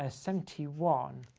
ah seventy one.